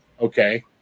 okay